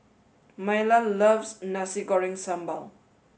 Myla loves Nasi Goreng Sambal